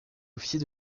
officier